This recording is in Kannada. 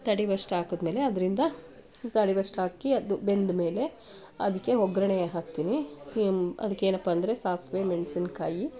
ತಡಿವಷ್ಟಾಕದ್ಮೇಲೆ ಅದರಿಂದ ತಡಿವಷ್ಟಾಕಿ ಅದು ಬೆಂದಮೇಲೆ ಅದಕ್ಕೆ ಒಗ್ಗರಣೆ ಹಾಕ್ತೀನಿ ಕೆಮ್ಮು ಅದಕ್ಕೇನಪ್ಪ ಅಂದರೆ ಸಾಸಿವೆ ಮೆಣಸಿನ್ಕಾಯಿ